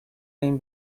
این